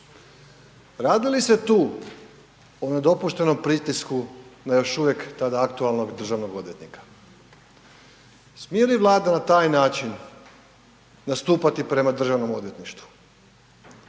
Radi li se tu o nedopuštenom pritisku na još uvijek tada aktualnog državnog odvjetnika? Smije li Vlada na taj način nastupati prema DORH-u? A sjetimo